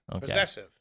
possessive